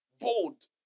Bold